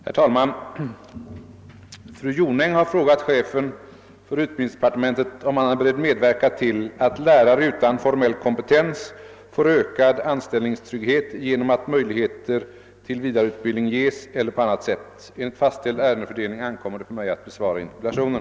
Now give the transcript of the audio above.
: Herr talman! Fru Jonäng har frågat chefen för utbildningsdepartementet, om han är beredd medverka till att lärare utan formell kompetens får ökad anställningstrygghet genom att möjligheter till vidareutbildning ges eller på annat sätt. Enligt fastställd ärendefördelning ankommer det på mig att besvara interpellationen.